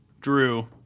Drew